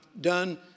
done